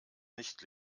nicht